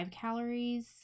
calories